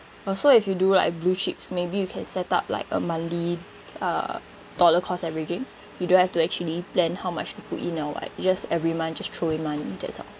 also if you do like blue chips maybe you can set up like a monthly uh dollar cost averaging you don't have to actually plan how much you put in or [what] you just every month just throw in money that's all